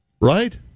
Right